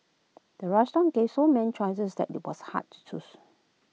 the restaurant gave so many choices that IT was hard to choose